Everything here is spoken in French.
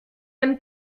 même